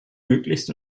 möglichst